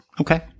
Okay